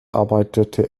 arbeitete